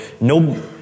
no